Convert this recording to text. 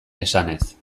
esanez